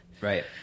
Right